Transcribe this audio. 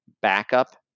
backup